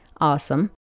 awesome